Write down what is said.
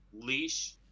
leash